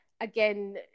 again